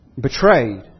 betrayed